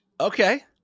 Okay